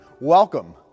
Welcome